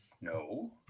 No